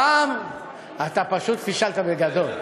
הפעם אתה פשוט פישלת בגדול.